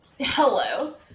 hello